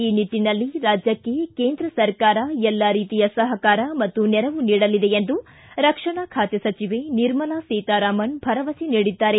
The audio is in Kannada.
ಈ ನಿಟ್ಟಿನಲ್ಲಿ ರಾಜ್ಯಕ್ಕೆ ಕೇಂದ್ರ ಸರ್ಕಾರ ಎಲ್ಲಾ ರೀತಿಯ ಸಹಕಾರ ಮತ್ತು ನೆರವು ನೀಡಲಿದೆ ಎಂದು ಕೇಂದ್ರ ರಕ್ಷಣಾ ಖಾತೆ ಸಚಿವೆ ನಿರ್ಮಲಾ ಸೀತಾರಾಮನ್ ಭರವಸೆ ನೀಡಿದ್ದಾರೆ